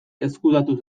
ezkutatu